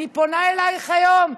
אני פונה אלייך היום: